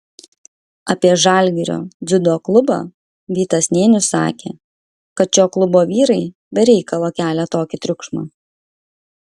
apie žalgirio dziudo klubą vytas nėnius sakė kad šio klubo vyrai be reikalo kelia tokį triukšmą